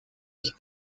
ich